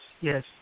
yes